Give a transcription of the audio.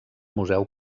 museu